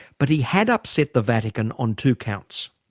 but he had upset the vatican on two counts.